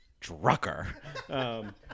Drucker